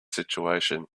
situation